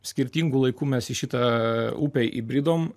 skirtingu laiku mes į šitą upę įbridom